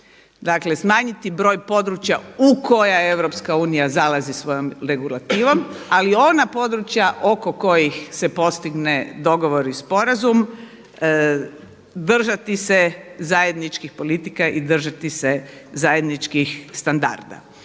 Dakle, smanjiti broj područja u koja EU zalazi svojom regulativom, ali i ona područja oko kojih se postigne dogovor i sporazum. Držati se zajedničkih politika i držati se zajedničkih standarda.